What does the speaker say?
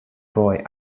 boy